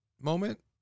moment